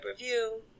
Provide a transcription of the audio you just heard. review